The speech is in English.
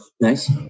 Nice